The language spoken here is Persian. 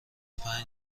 پنج